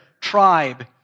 tribe